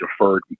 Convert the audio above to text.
deferred